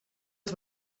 els